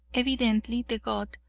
evidently the god,